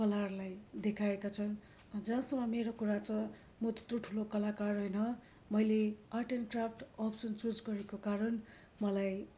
कलाहरूलाई देखाएका छन् जहाँसम्म मेरो कुरा छ म त्यत्रो ठुलो कलाकार होइन मैले art and craft option choose गरेको कारण मलाई